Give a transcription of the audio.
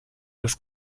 des